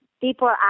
people